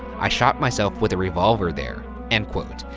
i shot myself with a revolver there. end quote.